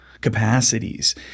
capacities